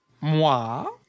Moi